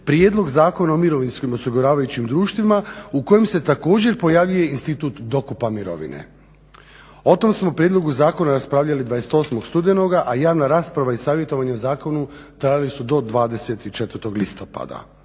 prijedlog Zakona o mirovinskim osiguravajućim društvima u kojim se također pojavljuje institut dokupa mirovine. O tom smo prijedlogu Zakona raspravljali 28. studenoga a javna rasprava i savjetovanje o zakonu trajali su do 24. listopada.